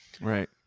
Right